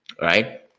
right